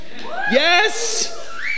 Yes